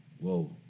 whoa